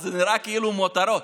זה נראה כאילו מותרות,